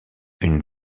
une